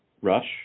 rush